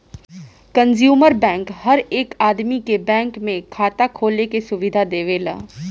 consumer bank हर एक आदमी के बैंक में खाता खोले के सुविधा देवेला